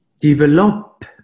develop